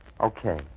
Okay